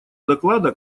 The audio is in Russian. доклада